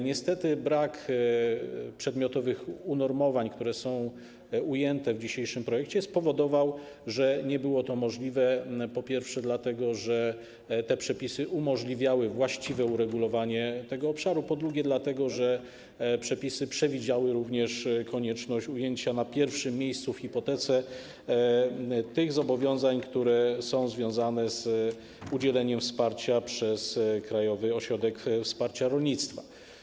Niestety brak przedmiotowych unormowań, które zostały ujęte w dzisiejszym projekcie, spowodował, że nie było to możliwe, po pierwsze, ze względu na kwestię właściwego uregulowania tego obszaru, po drugie, dlatego że przepisy przewidywały konieczność ujęcia na pierwszym miejscu w hipotece zobowiązań, które są związane z udzieleniem wsparcia przez Krajowy Ośrodek Wsparcia Rolnictwa.